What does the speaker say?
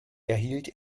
erhielt